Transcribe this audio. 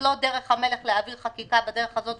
לא דרך המלך להעביר חקיקה בדרך הזו,